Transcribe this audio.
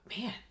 man